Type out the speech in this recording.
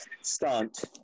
stunt